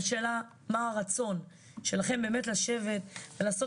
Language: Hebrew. השאלה היא מה הרצון שלכם באמת לשבת ולעשות